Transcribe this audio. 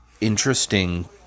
interesting